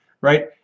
right